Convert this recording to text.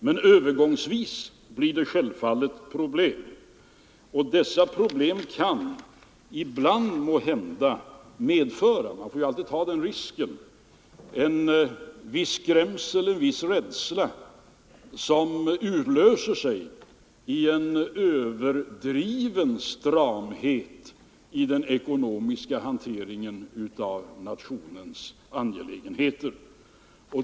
Men övergångsvis blir det självfallet problem, och dessa problem kan måhända medföra — man får alltid ta den risken — en viss skrämsel eller rädsla som utlöser sig i en överdriven stramhet i den ekonomiska hanteringen av nationens angelägenheter.